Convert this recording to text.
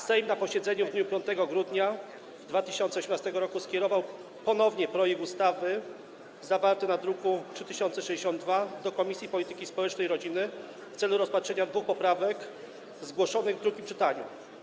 Sejm na posiedzeniu w dniu 5 grudnia 2018 r. skierował ponownie projekt ustawy zawarty w druku nr 3062 do Komisji Polityki Społecznej i Rodziny w celu rozpatrzenia dwóch poprawek zgłoszonych w drugim czytaniu.